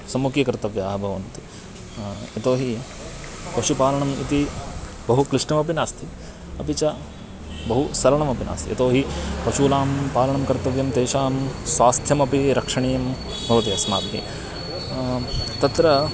सम्मुखीकर्तव्याः भवन्ति यतोहि पशुपालनम् इति बहु क्लिष्टमपि नास्ति अपि च बहु सरलमपि नास्ति यतोहि पशूनां पालनं कर्तव्यं तेषां स्वास्थ्यमपि रक्षणीयं भवति अस्माभिः तत्र